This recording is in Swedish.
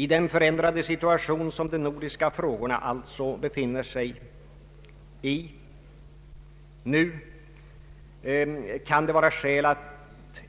I den förändrade situation som de nordiska frågorna nu alltså befinner sig i kan det vara skäl att